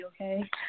okay